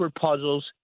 puzzles